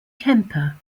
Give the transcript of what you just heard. kemper